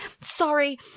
sorry